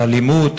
על אלימות,